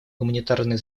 гуманитарные